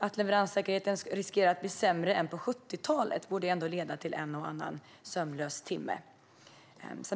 Att leveranssäkerheten riskerar att bli sämre än på 70-talet borde ändå leda till en och annan sömnlös timme.